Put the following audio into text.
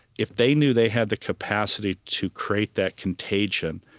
if they knew they had the capacity to create that contagion,